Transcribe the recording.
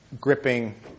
gripping